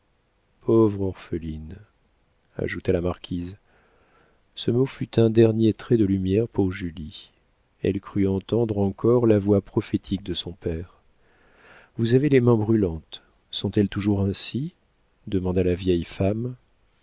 pauvre orpheline ajouta la marquise ce mot fut un dernier trait de lumière pour julie elle crut entendre encore la voix prophétique de son père vous avez les mains brûlantes sont-elles toujours ainsi demanda la vieille femme